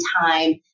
time